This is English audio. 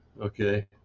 Okay